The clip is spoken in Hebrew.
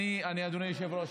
אדוני היושב-ראש,